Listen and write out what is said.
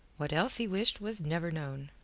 what else he wished was never known,